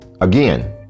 Again